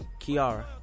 Kiara